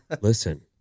listen